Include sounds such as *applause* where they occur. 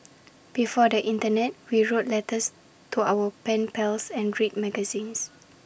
*noise* before the Internet we wrote letters to our pen pals and read magazines